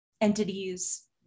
entities